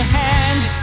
hand